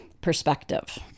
perspective